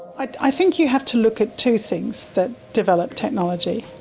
i think you have to look at two things that develop technology,